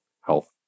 health